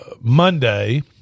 Monday